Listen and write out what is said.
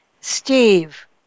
Steve